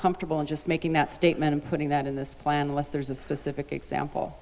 comfortable in just making that statement and putting that in this plan unless there's a specific example